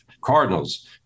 cardinals